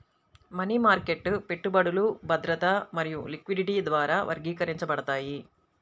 money market పెట్టుబడులు భద్రత మరియు లిక్విడిటీ ద్వారా వర్గీకరించబడతాయి